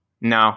No